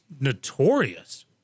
notorious